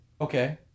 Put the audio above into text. Okay